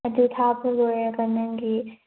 ꯑꯗꯨ ꯊꯥꯕ ꯂꯣꯏꯔꯒ ꯅꯪꯒꯤ